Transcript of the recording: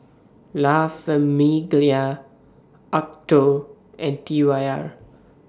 La Famiglia Acuto and T Y R